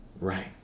right